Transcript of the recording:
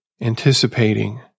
anticipating